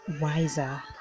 wiser